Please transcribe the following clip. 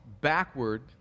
backward